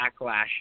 backlash